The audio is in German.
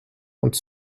und